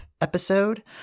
episode